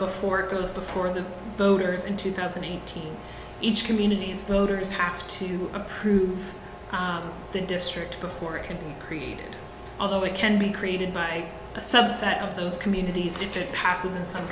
before it goes before the voters in two thousand and eighteen each communities voters have to approve the district before it can be created although it can be created by a subset of those communities if it passes in some